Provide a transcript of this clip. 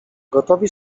gotowi